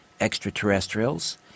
Extraterrestrials